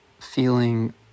feeling